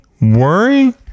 worry